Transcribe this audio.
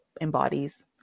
embodies